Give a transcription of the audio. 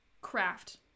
craft